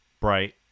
bright